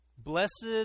Blessed